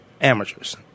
amateurs